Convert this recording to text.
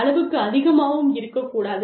அளவுக்கு அதிகமாகவும் இருக்கக்கூடாது